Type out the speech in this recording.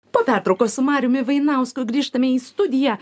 po pertraukos su mariumi vainausku grįžtame į studiją